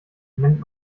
nennt